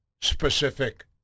specific